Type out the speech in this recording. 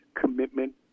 commitment